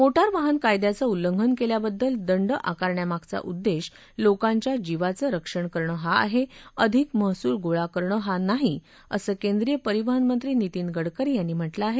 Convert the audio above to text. motor वाहन कायद्याचं उल्लंघन केल्याबद्दल दंड आकारण्यामागचा उद्देश लोकांच्या जीवाचं रक्षण करणं हा आहे अधिक महसूल गोळा करणं हा नाही असं केंद्रीय परिवहन मंत्री नितिन गडकरी यांनी म्हटलं आहे